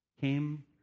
came